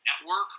Network